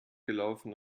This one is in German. gelaufen